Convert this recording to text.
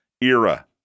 era